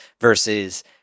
versus